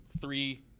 three